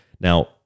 Now